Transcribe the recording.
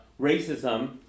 racism